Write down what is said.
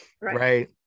right